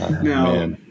now